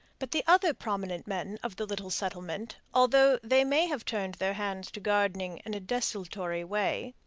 but the other prominent men of the little settlement, although they may have turned their hands to gardening in a desultory way,